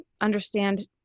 understand